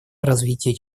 развития